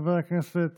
חבר הכנסת